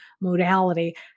modality